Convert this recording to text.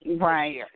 Right